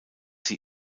sie